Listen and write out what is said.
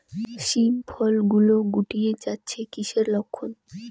শিম ফল গুলো গুটিয়ে যাচ্ছে কিসের লক্ষন?